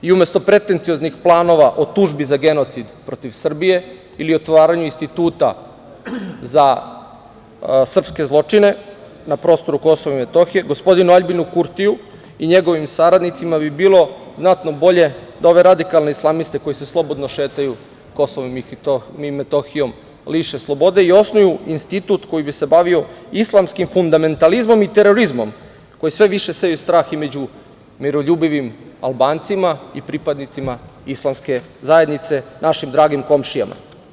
I umesto pretencioznih planova o tužbi za genocid protiv Srbije ili otvaranju instituta za srpske zločine na prostoru KiM, gospodinu Aljbinu Kurtiju i njegovim saradnicima bi bilo znatno bolje da ove radikalne islamiste koji se slobodno šetaju Kosovom i Metohijom liše slobode i osnuju institut koji bi se bavio islamskim fundamentalizmom i terorizmom, koji sve više seju strah i među miroljubivim Albancima i pripadnicima islamske zajednice, našim dragim komšijama.